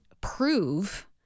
prove